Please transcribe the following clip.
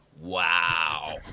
wow